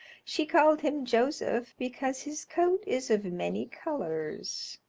she called him joseph because his coat is of many colors.